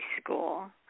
school